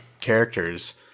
characters